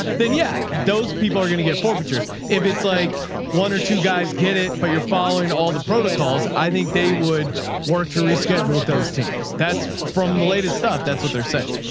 then yet those people are going to get forfeitures. if it's like one or two guys, get it. but you're following all the protocols. i think they would work to reschedule with those teams. that's from the latest stuff. that's what they're saying.